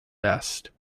best